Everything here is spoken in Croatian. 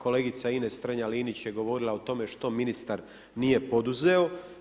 Kolegica Ines Strenja Linić je govorila o tome što ministar nije poduzeo.